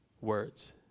words